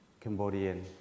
Cambodian